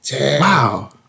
Wow